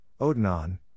odinon